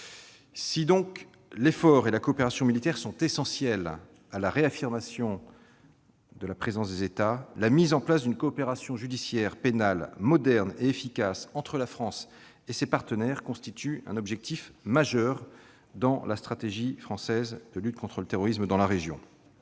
Si l'effort et la coopération militaires sont essentiels à la réaffirmation de la présence des États, la mise en place d'une coopération judiciaire pénale moderne et efficace entre la France et ses partenaires constitue un objectif majeur dans la stratégie française de lutte contre le terrorisme dans la région.